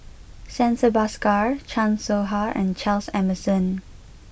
Santha Bhaskar Chan Soh Ha and Charles Emmerson